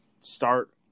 start